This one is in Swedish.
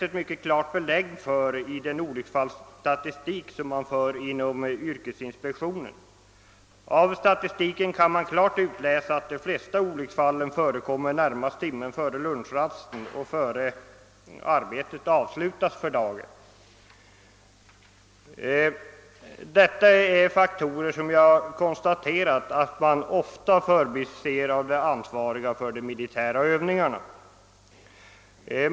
Ett mycket klart belägg härför får man i den olycksfallsstatistik som yrkesinspektionen för. Av den statistiken kan man klart utläsa, att de flesta olycksfallen inträffar den närmaste timmen före lunchrasten och strax innan arbetet avslutas för dagen. Jag har konstaterat att detta är faktorer som de ansvariga för militära övningar ofta förbiser.